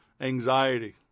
anxiety